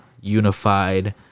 unified